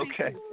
Okay